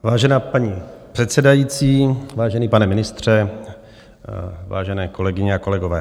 Vážená paní předsedající, vážený, pane ministře, vážené kolegyně a kolegové.